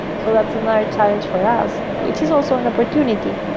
so that's another challenge for us, which is also an opportunity.